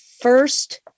first